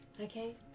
Okay